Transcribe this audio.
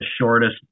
shortest